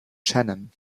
shannon